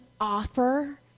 offer